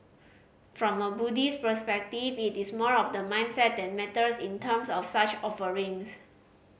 from a Buddhist perspective it is more of the mindset that matters in terms of such offerings